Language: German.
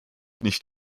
nicht